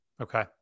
Okay